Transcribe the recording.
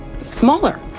smaller